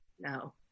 No